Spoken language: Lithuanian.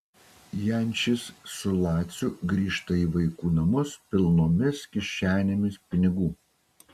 jančis su laciu grįžta į vaikų namus pilnomis kišenėmis pinigų